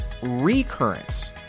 recurrence